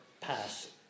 pass